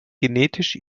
genetisch